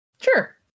sure